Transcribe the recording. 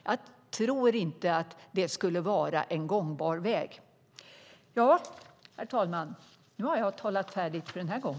Jag tror inte att det skulle vara en gångbar väg.